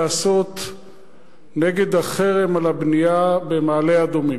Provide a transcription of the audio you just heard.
לעשות נגד החרם על הבנייה במעלה-אדומים?